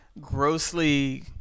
grossly